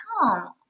come